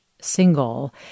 single